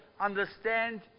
understand